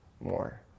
more